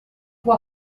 può